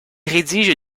rédige